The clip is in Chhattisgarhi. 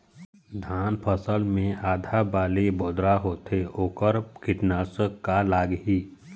धान फसल मे आधा बाली बोदरा होथे वोकर कीटनाशक का लागिही?